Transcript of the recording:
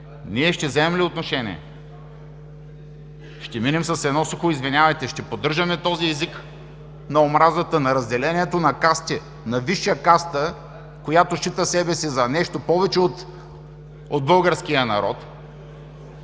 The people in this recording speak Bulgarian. Ние ще вземем ли отношение? Ще минем с едно сухо „Извинявайте!“, ще поддържаме този език на омразата, на разделението на касти, на висша каста, която счита себе си за нещо повече от българския народ.